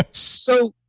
so,